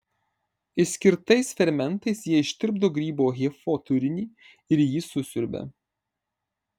išskirtais fermentais jie ištirpdo grybo hifo turinį ir jį susiurbia